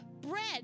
bread